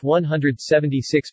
£176